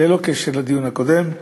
ללא קשר לדיון הקודם,